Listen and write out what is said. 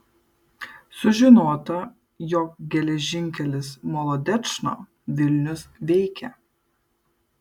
sužinota jog geležinkelis molodečno vilnius veikia